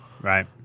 Right